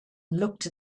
looked